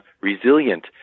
resilient